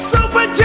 Super